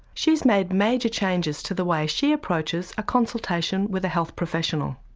she's made major changes to the way she approaches a consultation with a health professional.